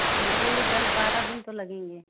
फिर भी दस बारह दिन तो लगेंगे